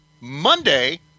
Monday